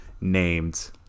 named